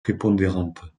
prépondérante